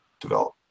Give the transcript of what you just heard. develop